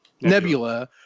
Nebula